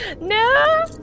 No